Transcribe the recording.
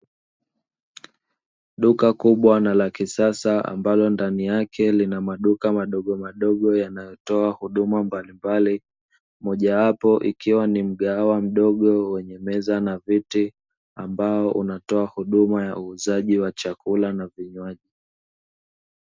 Duka kubwa na la kisasa ambalo ndani yake linaa maduka madogo madogo yanayotoa huduma mbalimbali, moja wapo ikiwa ni mgahawa mdogo meza na viti, ambao unatoa huduma ya uuzaji wa chakula na vinywaji.